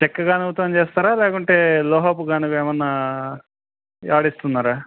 చెక్కగానువుతం చేస్తారా లేకుంటే లోహాపు గానివ ఏమన్నా ఆడిస్తున్నారా